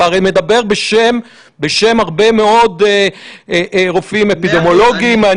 אתה הרי מדבר בשם הרבה מאוד רופאים אפידמיולוגיים.